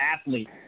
athlete